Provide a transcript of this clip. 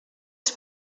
els